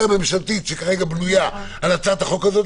הממשלתית שכרגע בנויה על הצעת החוק הזאת,